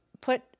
put